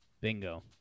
Bingo